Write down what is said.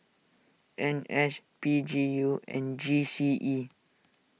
N S P G U and G C E